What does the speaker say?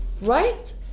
Right